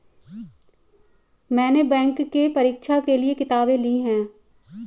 मैने बैंक के परीक्षा के लिऐ किताबें ले ली हैं